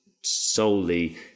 solely